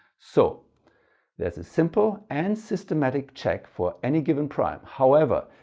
so there's a simple and systematic check for any given prime. however,